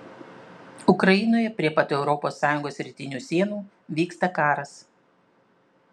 ukrainoje prie pat europos sąjungos rytinių sienų vyksta karas